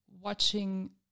watching